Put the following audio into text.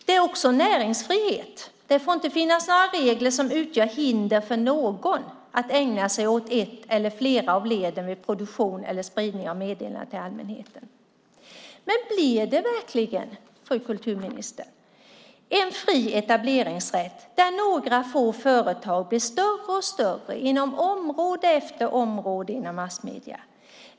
Det är också näringsfrihet: Det får inte finnas några regler som utgör hinder för någon att ägna sig åt ett eller flera av leden vid produktion och spridning av meddelanden till allmänheten. Men blir det verkligen, fru kulturminister, en fri etableringsrätt när några få företag blir större och större på område efter område inom massmedierna?